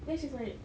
ya she's married